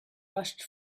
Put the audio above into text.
rushed